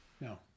No